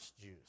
Jews